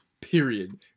period